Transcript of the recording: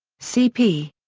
cp.